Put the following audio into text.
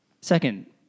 Second